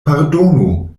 pardonu